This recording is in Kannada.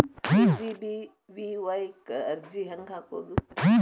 ಕೆ.ಜಿ.ಬಿ.ವಿ.ವಾಯ್ ಕ್ಕ ಅರ್ಜಿ ಹೆಂಗ್ ಹಾಕೋದು?